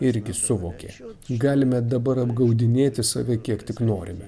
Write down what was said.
irgi suvokė galime dabar apgaudinėti save kiek tik norime